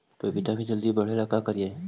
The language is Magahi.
पपिता के जल्दी बढ़े ल का करिअई?